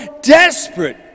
desperate